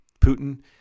Putin